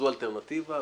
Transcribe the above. זו האלטרנטיבה,